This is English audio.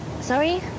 Sorry